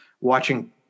watching